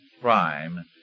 Crime